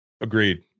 Agreed